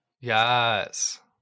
Yes